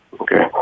Okay